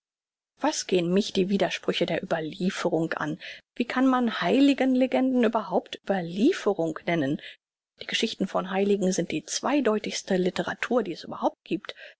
was gehen mich die widersprüche der überlieferung an wie kann man heiligen legenden überhaupt überlieferung nennen die geschichten von heiligen sind die zweideutigste litteratur die es überhaupt giebt